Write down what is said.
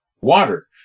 Water